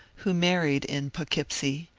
who married in poughkeepsie,